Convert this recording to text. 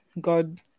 god